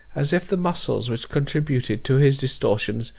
as if the muscles which contributed to his distortions,